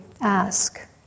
ask